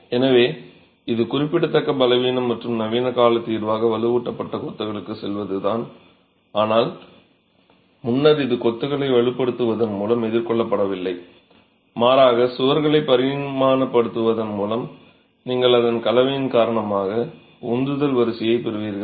எனவே இது ஒரு குறிப்பிடத்தக்க பலவீனம் மற்றும் நவீன கால தீர்வாக வலுவூட்டப்பட்ட கொத்துகளுக்குச் செல்வதுதான் ஆனால் முன்னர் இது கொத்துகளை வலுப்படுத்துவதன் மூலம் எதிர்கொள்ளப்படவில்லை மாறாக சுவர்களை பரிமாணப்படுத்துவதன் மூலம் நீங்கள் அதன் கலவையின் காரணமாக உந்துதல் வரிசையைப் பெறுவீர்கள்